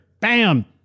Bam